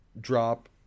drop